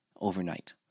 overnight